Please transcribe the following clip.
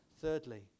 Thirdly